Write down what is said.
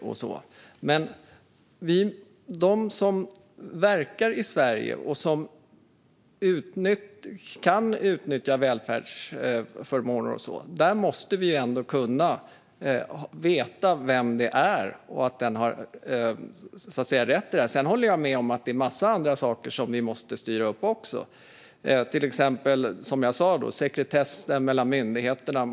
Men när det gäller de som verkar i Sverige och kan utnyttja välfärdsförmåner och liknande måste vi ändå kunna veta vilka de är och att de har rätt till det här. Jag håller med om att det finns en massa andra saker som vi också behöver styra upp. Exempelvis måste vi, som jag sa tidigare, lätta på sekretessen mellan myndigheter.